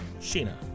Sheena